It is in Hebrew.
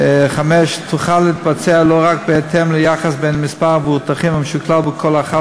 (5) תוכל להתבצע לא רק בהתאם ליחס בין מספר המבוטחים המשוקלל בכל אחת